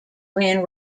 when